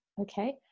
okay